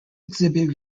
exhibit